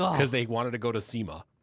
cause they wanted to go to sema.